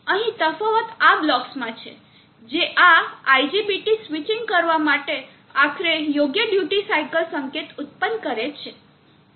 અહીં તફાવત આ બ્લોક્સમાં છે જે આ IGBT સ્વિચીંગ કરવા માટે આખરે યોગ્ય ડ્યુટી સાઇકલ સંકેત ઉત્પન્ન કરે છે